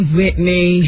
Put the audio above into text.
Whitney